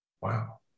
Wow